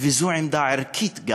וזה גם עמדה ערכית,